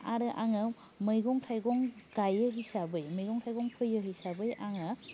आरो आङो मैगं थाइगं गायो हिसाबै मैगं थाइगं फोयो हिसाबै आङो